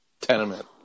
tenement